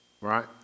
right